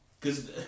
cause